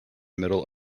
middle